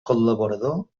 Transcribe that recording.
col·laborador